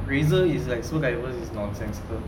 Razer is like so diverse is nonsensical